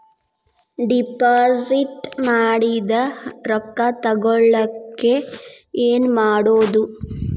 Deposit ಮಾಡಿದ ರೊಕ್ಕ ತಗೋಳಕ್ಕೆ ಏನು ಮಾಡೋದು?